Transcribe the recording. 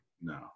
No